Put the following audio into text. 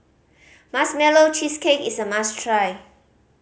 Marshmallow Cheesecake is a must try